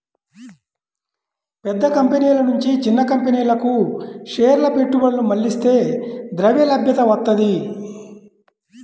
పెద్ద కంపెనీల నుంచి చిన్న కంపెనీలకు షేర్ల పెట్టుబడులు మళ్లిస్తే ద్రవ్యలభ్యత వత్తది